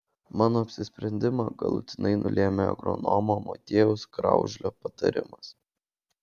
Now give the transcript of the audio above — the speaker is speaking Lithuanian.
mano apsisprendimą galutinai nulėmė agronomo motiejaus kraužlio patarimas